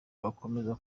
bakomeza